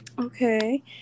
okay